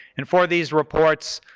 and for these reports,